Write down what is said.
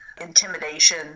intimidation